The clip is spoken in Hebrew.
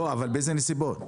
אל באילו נסיבות?